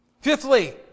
Fifthly